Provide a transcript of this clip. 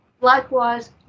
likewise